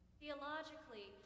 Theologically